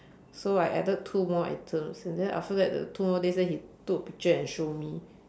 so I added two more items and then after that the two more days then he took a picture and show me